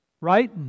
Right